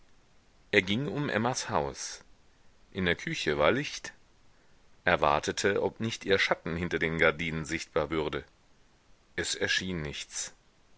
er ging um emmas haus in der küche war licht er wartete ob nicht ihr schatten hinter den gardinen sichtbar würde es erschien nichts